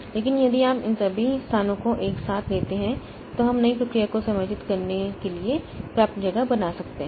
लेकिन यदि आप इन सभी स्थानों को एक साथ लेते हैं तो हम नई प्रक्रिया को समायोजित करने के लिए पर्याप्त जगह बना सकते हैं